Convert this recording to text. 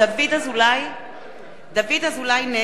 אזולאי, נגד